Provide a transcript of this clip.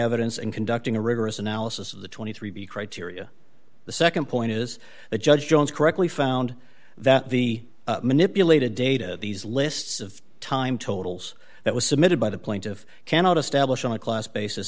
evidence and conducting a rigorous analysis of the twenty three criteria the nd point is the judge jones correctly found that the manipulated data these lists of time totals that was submitted by the plaintiff cannot establish on a class basis